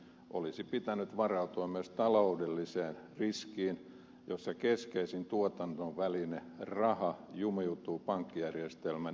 olisi pitänyt varautua myös taloudelliseen riskiin jossa keskeisin tuotannon väline raha jumiutuu pankkijärjestelmän epäluottamuksen takia